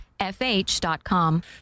fh.com